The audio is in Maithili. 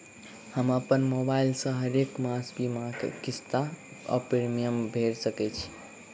हम अप्पन मोबाइल सँ हरेक मास बीमाक किस्त वा प्रिमियम भैर सकैत छी?